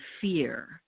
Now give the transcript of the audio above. fear